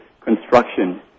construction